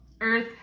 Earth